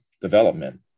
development